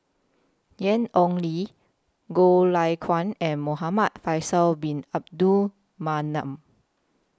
Ian Ong Li Goh Lay Kuan and Muhamad Faisal Bin Abdul Manap